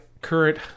current